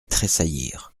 tressaillirent